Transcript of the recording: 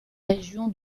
région